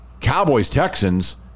Cowboys-Texans